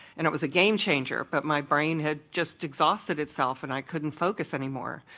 and it was a game changer but my brain had just exhausted itself and i couldn't focus anymore.